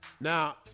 Now